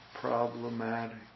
problematic